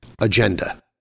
agenda